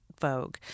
Vogue